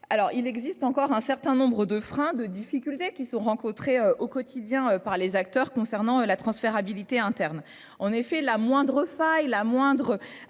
Alors il existe encore un certain nombre de freins de difficultés qui sont rencontrées au quotidien par les acteurs concernant la transférabilité interne en effet la moindre faille la moindre